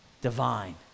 divine